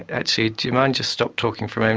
actually, do you mind just stop talking for a um